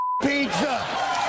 pizza